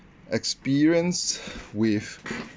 experience with